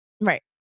Right